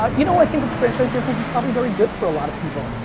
ah you know i think a franchise business is probably very good for a lot of people,